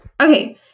Okay